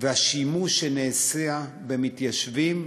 השימוש שנעשה במתיישבים,